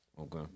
okay